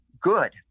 good